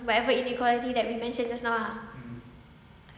whatever inequality that we mentioned just now ah